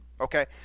Okay